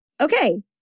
Okay